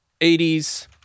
80s